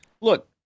look